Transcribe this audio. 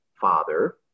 father